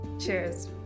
Cheers